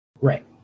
Right